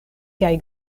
kaj